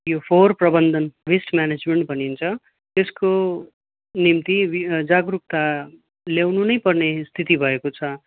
यो फोहर प्रबन्धन वेस्ट म्यानेजमेन्ट भनिन्छ यसको निम्ति जागरुकता ल्याउनु नै पर्ने स्थिति भएको छ